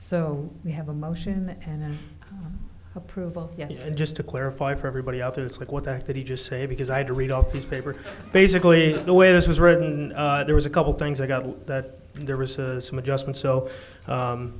so we have a motion and then approval yes and just to clarify for everybody out there it's like what that that he just say because i had to read all these papers basically the way this was written there was a couple things i got that there was some adjustment so